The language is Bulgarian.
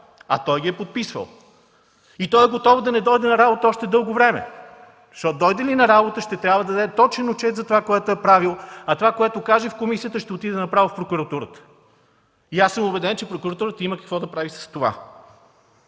а той ги е подписвал. Готов е да не дойде на работа още дълго време, защото дойде ли на работа, ще трябва да даде точен отчет на това, което е правил, а това, което каже в комисията, ще отиде направо в Прокуратурата. Убеден съм, че Прокуратурата има какво да прави с това.